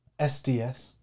SDS